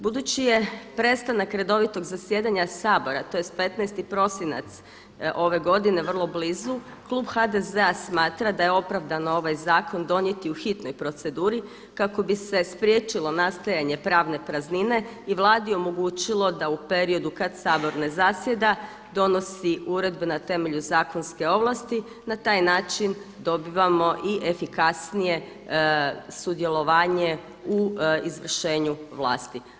Budući je prestanak redovitog zasjedanja Sabora tj. 15. prosinac ove godine vrlo blizu klub HDZ-a smatra da je opravdano ovaj zakon donijeti u hitnoj proceduri kako bi se spriječilo nastajanje pravne praznine i Vladi omogućilo da u periodu kad Sabor ne zasjeda donosi uredbe na temelju zakonske ovlasti i na taj način dobivamo i efikasnije sudjelovanje u izvršenju vlasti.